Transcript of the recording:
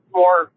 more